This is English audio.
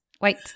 wait